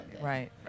right